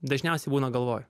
dažniausiai būna galvoj